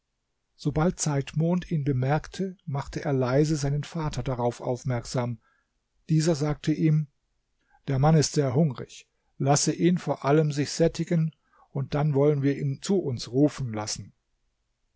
sobald zeitmond ihn bemerkte machte er leise seinen vater darauf aufmerksam dieser sagte ihm der mann ist sehr hungrig lasse ihn vor allem sich sättigen dann wollen wir ihn zu uns rufen lassen